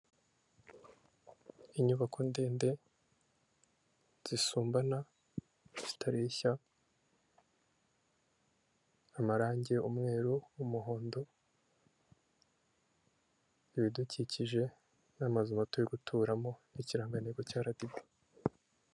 Inyubako ndende zisumbana zitareshya, amarangi, umweru, umuhondo, ibidukikije n'amazu mato yo guturamo n'ikirangantego cya aradibi.